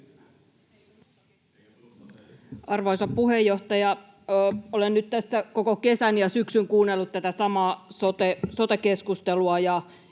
Arvoisa puheenjohtaja! Olen nyt tässä koko kesän ja syksyn kuunnellut tätä samaa sote-keskustelua,